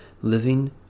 living